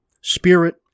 spirit